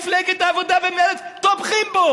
אותם אנשים שתקפתם אותי,